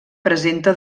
presenta